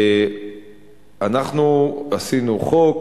אנחנו עשינו חוק,